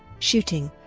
shooting